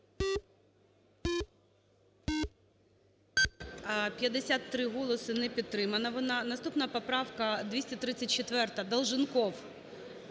53 голоси – не підтримана вона. Наступна, поправка 234,Долженков.